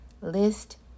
List